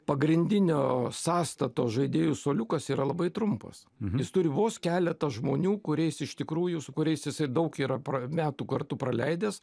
pagrindinio sąstato žaidėjų suoliukas yra labai trumpas jis turi vos keletą žmonių kuriais iš tikrųjų su kuriais isai daug yra pra metų kartu praleidęs